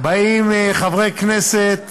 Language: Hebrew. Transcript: באים חברי כנסת,